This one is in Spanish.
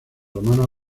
romanos